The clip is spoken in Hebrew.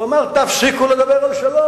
הוא אמר: תפסיקו לדבר על שלום,